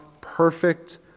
perfect